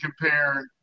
compare